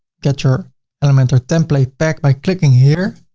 get your elementor template pack by clicking here.